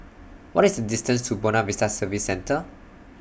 What IS The distance to Buona Vista Service Centre